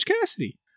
Cassidy